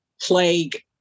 plague